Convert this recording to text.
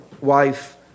wife